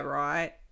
right